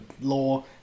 law